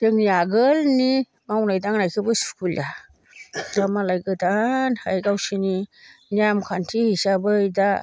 जोंनि आगोलनि मावनाय दांनायखौबो सुखुलिया दा मालाय गोदानै गावसोरनि नियम खान्थि हिसाबै दा